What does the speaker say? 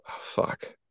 fuck